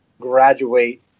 graduate